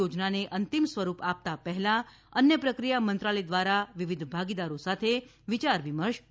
યોજનાને અંતિમ સ્વરૂપ આપતા પહેલાં અન્ન પ્રક્રિયા મંત્રાલય દ્વારા વિવિધ ભાગીદારો સાથે વિયાર વિમર્શ કર્યો છે